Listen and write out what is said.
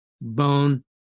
bone